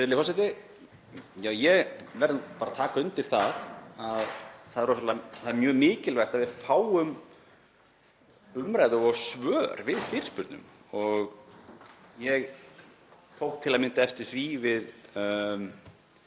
það er mjög mikilvægt að við fáum umræðu og svör við fyrirspurnum. Ég tók til að mynda eftir því